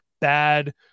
bad